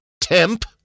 temp